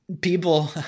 People